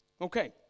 Okay